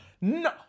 No